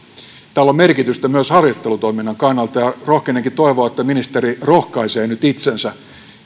tällä on merkitystä myös harjoittelutoiminnan kannalta ja rohkenenkin toivoa että ministeri rohkaisee nyt itsensä